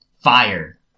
Fire